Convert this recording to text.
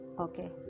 Okay